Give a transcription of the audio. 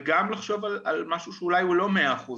וגם לחשוב על משהו שהוא אולי לא מאה אחוז,